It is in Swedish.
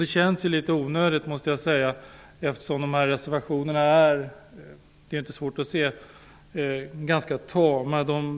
Jag måste säga att det känns litet onödigt, eftersom reservationerna är ganska tama.